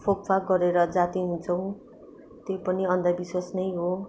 फुकफाक गरेर जाती हुन्छौँ त्यो पनि अन्धविश्वास नै हो